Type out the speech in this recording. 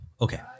Okay